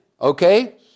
okay